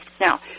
now